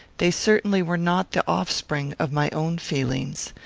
they certainly were not the offspring of my own feelings.